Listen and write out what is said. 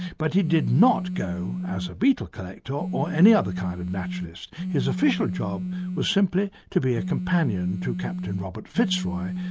but he did not go as a beetle collector or any other kind of naturalist, his official job was simply to be a companion to captain robert fitzroy,